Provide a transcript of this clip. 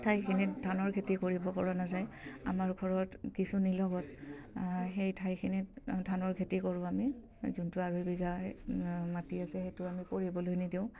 ঠাইখিনিত ধানৰ খেতি কৰিব পৰা নাযায় আমাৰ ঘৰত কিছু নিলগত সেই ঠাইখিনিত ধানৰ খেতি কৰোঁ আমি যোনটো আঢ়ৈ বিঘা মাটি আছে সেইটো আমি পৰিবলৈ নিদিওঁ